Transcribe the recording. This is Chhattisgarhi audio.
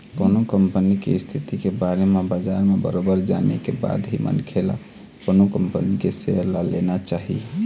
कोनो कंपनी के इस्थिति के बारे म बजार म बरोबर जाने के बाद ही मनखे ल कोनो कंपनी के सेयर ल लेना चाही